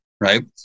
right